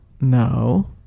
No